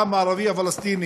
העם הערבי הפלסטיני,